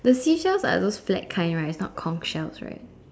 the seashells are those flat kind right is not Kong shells right